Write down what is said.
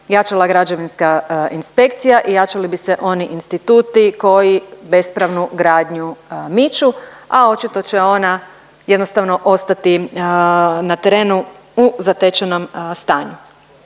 jačala građevinska inspekcija i jačali bi se oni instituti koji bespravnu gradnju miču, a očito će ona jednostavno ostati na terenu u zatečenom stanju.